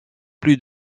plus